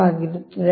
ಆಗಿರುತ್ತದೆ